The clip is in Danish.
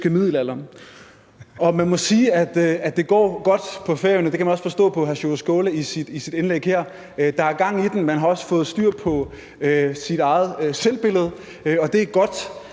det går godt på Færøerne, og det kan man også forstå på det, hr. Sjúrður Skaale siger i sit indlæg her. Der er gang i den, og man har også fået styr på sit eget selvbillede, og det er godt.